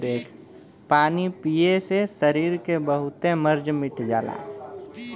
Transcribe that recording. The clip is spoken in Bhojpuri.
पानी पिए से सरीर के बहुते मर्ज मिट जाला